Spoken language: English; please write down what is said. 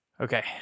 Okay